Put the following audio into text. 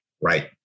Right